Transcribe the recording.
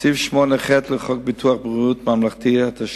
של משרד החקלאות מופיעים מינים פולשניים המהווים